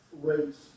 rates